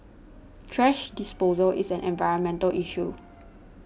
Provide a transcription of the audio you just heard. thrash disposal is an environmental issue